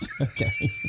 Okay